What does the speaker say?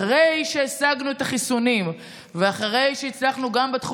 אחרי שהשגנו את החיסונים ואחרי שהצלחנו גם